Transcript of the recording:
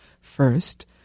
first